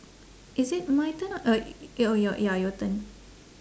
is it my turn or your your ya your turn